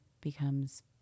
becomes